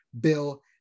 Bill